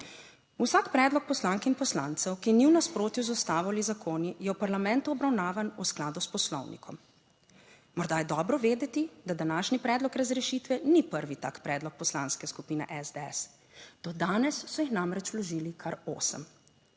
Vsak predlog poslank in poslancev, ki ni v nasprotju z Ustavo ali zakoni, je v parlamentu obravnavan v skladu s poslovnikom. Morda je dobro vedeti, da današnji predlog razrešitve ni prvi tak predlog Poslanske skupine SDS. Do danes so jih namreč vložili kar osem.